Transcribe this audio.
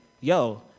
yo